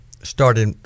started